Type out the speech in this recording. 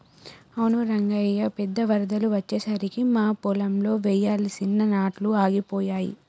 అవును రంగయ్య పెద్ద వరదలు అచ్చెసరికి మా పొలంలో వెయ్యాల్సిన నాట్లు ఆగిపోయాయి